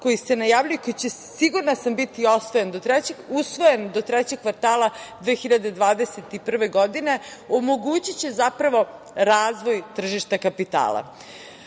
koji se najavljuje, koji će sigurna sam biti usvojen do trećeg kvartala 2021. godine omogućiće zapravo razvoj tržišta kapitala. Srbija